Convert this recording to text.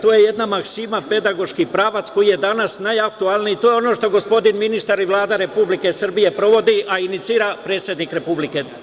To je jedna maksima, pedagoški pravac koji je danas najaktuelniji, to je ono što gospodin ministar i Vlada Republike Srbije provodi, a inicira predsednik Republike.